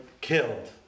killed